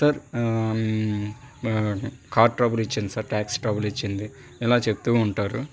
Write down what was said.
sir car trouble ఇచ్చింది sir taxi trouble ఇచ్చింది ఇలా చెప్తూ ఉంటారు